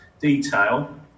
detail